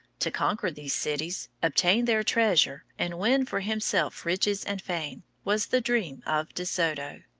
to conquer these cities, obtain their treasure, and win for himself riches and fame, was the dream of de soto.